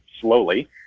slowly